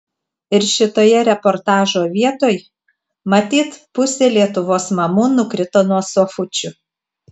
ir šitoje reportažo vietoj matyt pusė lietuvos mamų nukrito nuo sofučių